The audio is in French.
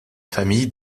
famille